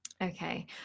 okay